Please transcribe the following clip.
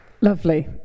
Lovely